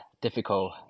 difficult